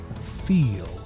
feel